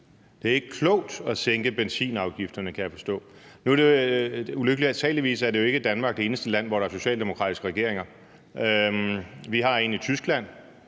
Det er ikke klogt at sænke benzinafgifterne, kan jeg forstå. Nu må man jo ulykkeligvis antage, at Danmark ikke er det eneste land, hvor der er en socialdemokratisk regering. Vi har en i Tyskland,